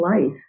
life